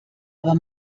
aber